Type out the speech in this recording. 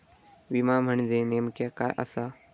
विमा म्हणजे नेमक्या काय आसा?